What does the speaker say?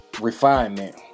refinement